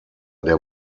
der